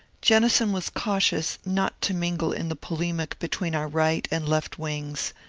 jennison was cautious not to mingle in the polemic between our right and left wings,